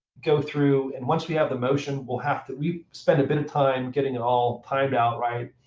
go through, and once we have the motion, we'll have to we spend a bit of time getting it all timed out right.